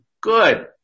good